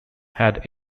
had